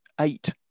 eight